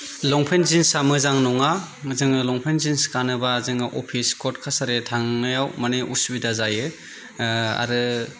लंपेन्ट जिन्सआ मोजां नङा जोङो लंपेन्ट जिन्स गानोब्ला जोङो अफिस कर्ट कासारि थांनायाव माने असुबिदा जायो आरो